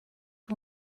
für